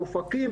באופקים,